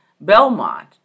Belmont